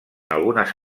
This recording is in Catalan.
algunes